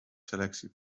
selectie